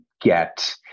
get